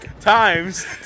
times